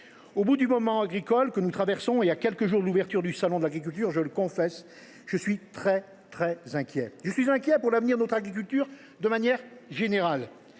Après le moment agricole que nous avons traversé et à quelques jours de l’ouverture du salon de l’agriculture, je le confesse, je suis très inquiet. Je suis inquiet pour l’avenir de notre agriculture de manière générale.